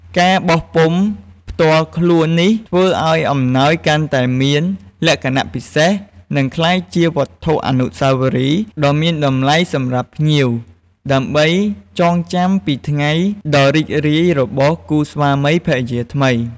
ការបោះពុម្ពផ្ទាល់ខ្លួននេះ ធ្វើឲ្យអំណោយកាន់តែមានលក្ខណៈពិសេស និងក្លាយជាវត្ថុអនុស្សាវរីយ៍ដ៏មានតម្លៃសម្រាប់ភ្ញៀវ ដើម្បីចងចាំពីថ្ងៃដ៏រីករាយរបស់គូស្វាមីភរិយាថ្មី។